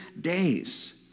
days